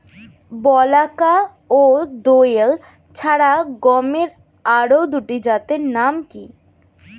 বলাকা ও দোয়েল ছাড়া গমের আরো দুটি জাতের নাম কি?